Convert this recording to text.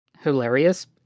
hilarious